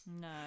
No